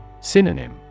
Synonym